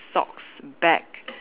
socks bag